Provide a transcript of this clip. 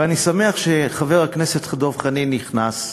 ואני שמח שחבר הכנסת דב חנין נכנס,